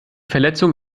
verletzung